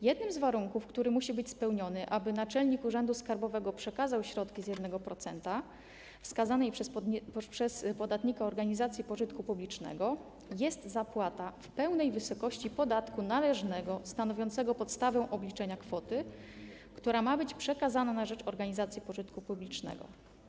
Jednym z warunków, które muszą być spełnione, aby naczelnik urzędu skarbowego przekazał środki z 1% wskazanej przez podatnika organizacji pożytku publicznego, jest zapłata w pełnej wysokości podatku należnego stanowiącego podstawę obliczenia kwoty, która ma być przekazana na rzecz organizacji pożytku publicznego.